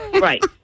Right